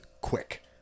quick